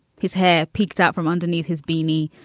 his hair peeked out from underneath his beanie,